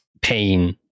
pain